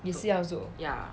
也是要做